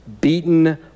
beaten